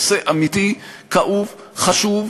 נושא נוסף, נושא כואב, חבר הכנסת